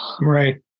Right